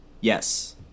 yes